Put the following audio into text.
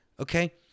Okay